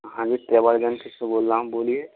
हाँ जी travel agency से बोल रहा हूँ बोलिए